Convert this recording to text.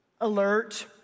alert